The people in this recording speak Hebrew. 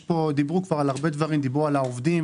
דיברו על העובדים,